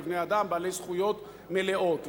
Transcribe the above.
כבני-אדם בעלי זכויות מלאות.